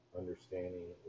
understanding